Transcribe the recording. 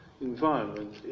environment